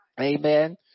Amen